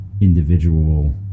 individual